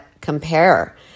compare